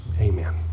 Amen